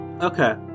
Okay